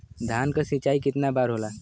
धान क सिंचाई कितना बार होला?